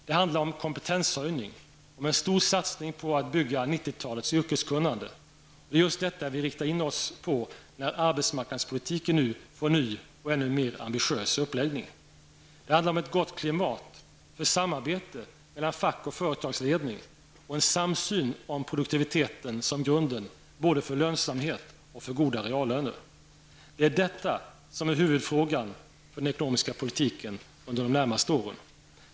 Det handlar om kompetenshöjning, om en stor satsning på att bygga upp 90-talets yrkeskunnande, och det är just detta vi riktar in oss på när arbetsmarknadspolitiken nu får en ny och ännu mera ambitiös uppläggning. Det handlar om ett gott klimat för samarbete, mellan fack och företagsledning och en samsyn om produktivitet som grunden både för lönsamhet och för goda reallöner. Det är detta som är huvudfrågan för den ekonomiska politiken under de närmaste åren.